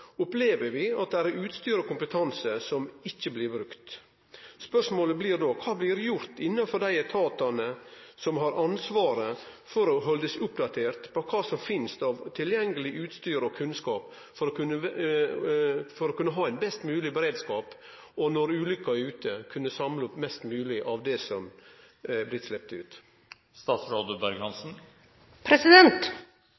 opplever vi at det er utstyr og kompetanse som ikkje blir brukte. Spørsmålet blir då: Kva blir gjort innanfor dei etatane som har ansvaret for å halde seg oppdaterte på kva som finst av tilgjengeleg utstyr og kunnskap for å kunne ha ein best mogleg beredskap, og når ulykka er ute, å kunne samle opp mest mogleg av det som er blitt sleppt ut?